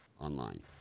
online